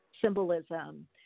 symbolism